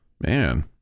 man